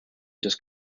just